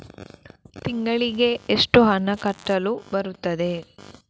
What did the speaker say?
ತಿಂಗಳಿಗೆ ಎಷ್ಟು ಹಣ ಕಟ್ಟಲು ಬರುತ್ತದೆ?